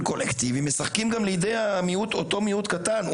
קולקטיבי משחקים גם לידי אותו מיעוט קטן.